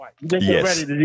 Yes